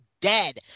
dead